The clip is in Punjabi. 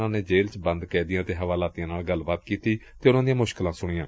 ਉਨ੍ਹਾਂ ਨੇ ਜੇਲ੍ ਚ ਬੰਦ ਕੈਦੀਆਂ ਅਤੇ ਹਵਾਲਾਤੀਆਂ ਨਾਲ ਗੱਲਬਾਤ ਕੀਤੀ ਅਤੇ ਉਨ੍ਹਾਂ ਦੀਆਂ ਮੁਸ਼ਕਲਾਂ ਸੁਣੀਆਂ